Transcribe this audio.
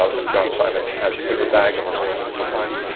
ah and john simon has paper-bagged over my head a few times,